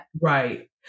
Right